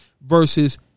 versus